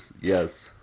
yes